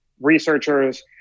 researchers